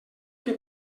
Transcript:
que